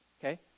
okay